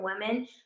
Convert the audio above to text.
women